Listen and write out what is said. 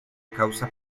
causa